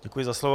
Děkuji za slovo.